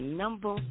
number